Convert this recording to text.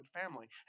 family